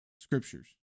scriptures